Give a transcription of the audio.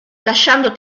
lasciando